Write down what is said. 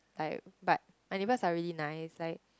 like but my neighbours are really nice like